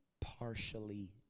partially